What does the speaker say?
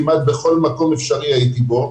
כמעט בכל מקום אפשרי הייתי בו,